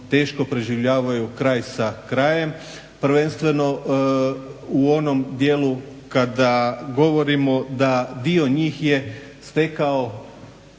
teško preživljavaju kraj sa krajem. Prvenstveno u onom dijelu kada govorimo da dio njih je stekao